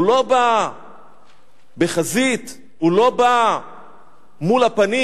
הוא לא בא בחזית, הוא לא בא מול הפנים,